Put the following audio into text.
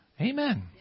Amen